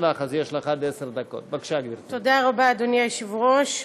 בעד, בוודאי, היא רצתה לתמוך.